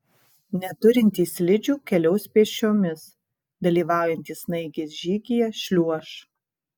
neturintys slidžių keliaus pėsčiomis dalyvaujantys snaigės žygyje šliuoš